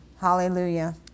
Hallelujah